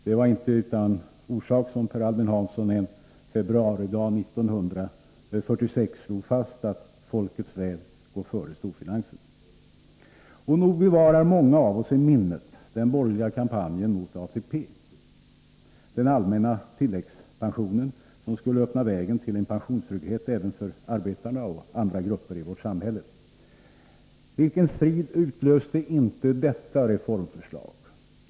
Det var inte utan orsak som Per Albin Hansson en februaridag 1946 slog fast: ”Folkets väl går före storfinansens.” Nog bevarar många av oss i minnet den borgerliga kampanjen mot ATP — den allmänna tilläggspensionen, som skulle öppna vägen till en pensionstrygghet även för arbetarna och andra grupper i vårt samhälle. Vilken strid utlöste inte detta reformförslag.